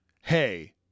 hey